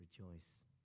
rejoice